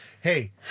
Hey